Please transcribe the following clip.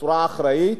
בצורה אחראית.